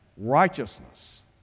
righteousness